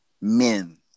men